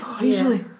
usually